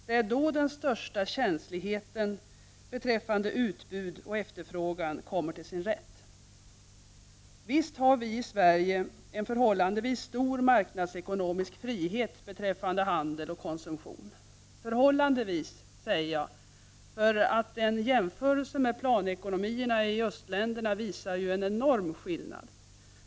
Det är då den största känsligheten beträffande utbud och efterfrågan kommer till sin rätt. Visst har vi i Sverige en förhållandevis stor marknadsekonomisk frihet beträffande handel och konsumtion — förhållandevis, eftersom en jämförelse med planekonomierna i östländerna visar en enorm skillnad.